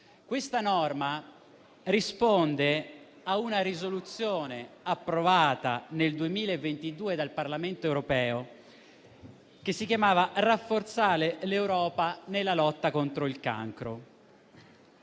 Questa norma risponde a una risoluzione, approvata nel 2022 dal Parlamento europeo, su "Rafforzare l'Europa nella lotta contro il cancro".